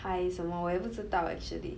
海什么我也不知道 actually